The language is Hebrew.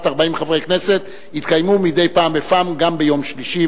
40 חברי הכנסת יתקיימו מדי פעם בפעם גם ביום שלישי.